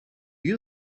you